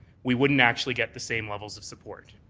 we wouldn't actually get the same levels of support.